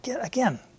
Again